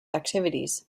activities